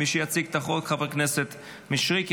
יציג את החוק חבר הכנסת מישרקי.